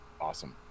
awesome